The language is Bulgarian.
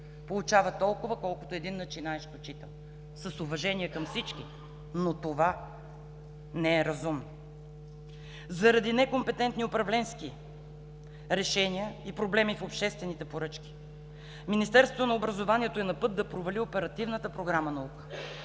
получава толкова, колкото един начинаещ учител. С уважение към всички, но това не е разумно! Заради некомпетентни управленски решения и проблеми в обществените поръчки Министерството на образованието е на път да провали Оперативната програма „Наука“,